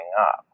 up